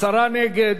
עשרה נגד.